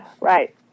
right